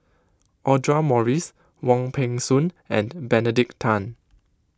Audra Morrice Wong Peng Soon and Benedict Tan